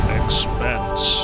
expense